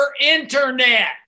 Internet